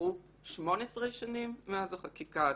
עברו 18 שנים מאז החקיקה הזאת.